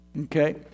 Okay